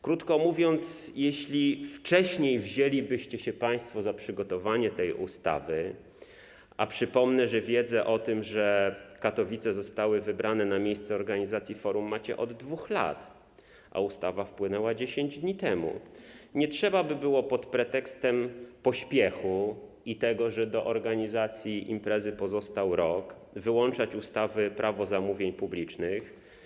Krótko mówiąc, jeśli wcześniej wzięlibyście się państwo za przygotowanie tej ustawy, a przypomnę, że wiedzę o tym, że Katowice zostały wybrane na miejsce organizacji forum, macie od 2 lat, a ustawa wpłynęła 10 dni temu, nie trzeba by było pod pretekstem pośpiechu i tego, że do organizacji imprezy pozostał rok, wyłączać ustawy - Prawo zamówień publicznych.